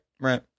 right